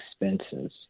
expenses